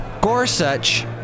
Gorsuch